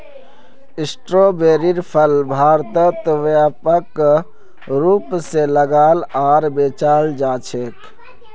स्ट्रोबेरीर फल भारतत व्यापक रूप से उगाल आर बेचाल जा छेक